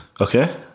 Okay